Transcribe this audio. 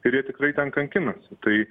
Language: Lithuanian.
ir jie tikrai ten kankinasi tai